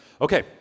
Okay